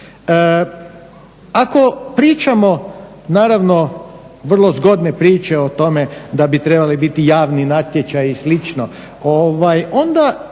Ako pričamo naravno vrlo zgodne priče o tome da bi trebali biti javni natječaji i